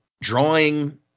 drawing